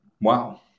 Wow